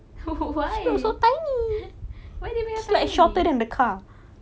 why why they make her tiny